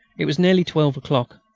it was nearly twelve o'clock.